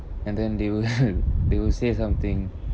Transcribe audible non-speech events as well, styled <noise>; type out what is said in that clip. and then they will <laughs> they will say something